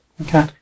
Okay